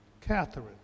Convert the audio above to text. Catherine